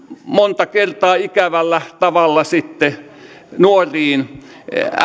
monta kertaa ikävällä tavalla sitten nuoriin